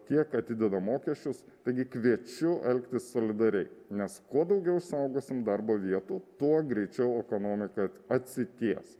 tiek atideda mokesčius taigi kviečiu elgtis solidariai nes kuo daugiau saugosim darbo vietų tuo greičiau ekonomika atsities